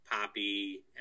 poppy